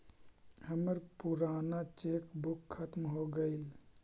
हमर पूराना cheque book खत्म हो गईल